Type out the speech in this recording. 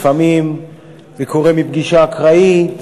לפעמים זה קורה בפגישה אקראית.